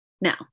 Now